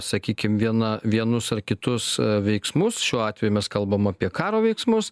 sakykim viena vienus ar kitus veiksmus šiuo atveju mes kalbam apie karo veiksmus